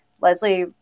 Leslie